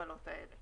אנחנו